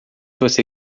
você